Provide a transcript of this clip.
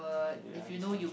okay yeah this one